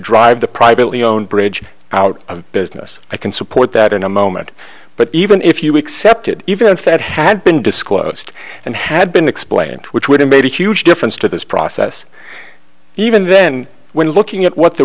drive the privately owned bridge out of business i can support that in a moment but even if you accept it even if that had been disclosed and had been explained which would have made a huge difference to this process even then when looking at what the